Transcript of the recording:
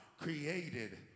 created